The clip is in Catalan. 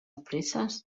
presses